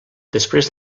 després